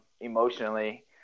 emotionally